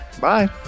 Bye